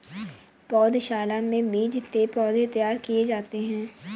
पौधशाला में बीज से पौधे तैयार किए जाते हैं